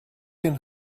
can